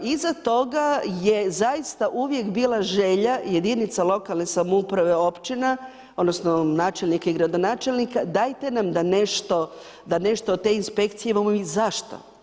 Iza toga je zaista uvijek bila želja jedinica lokalne samouprave, općina, odnosno načelnika i gradonačelnika, dajte nam da nešto, da nešto od te inspekcije imamo mi, zašto?